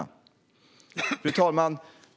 Fru talman!